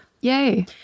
Yay